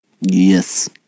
Yes